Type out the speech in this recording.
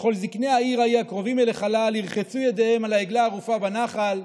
"וכל זקני העיר הקרובים אל החלל ירחצו את ידיהם על העגלה הערופה בנחל,